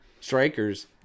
strikers